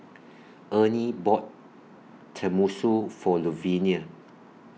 Ernie bought Tenmusu For Louvenia